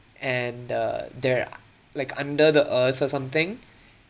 and uh they're like under the earth or something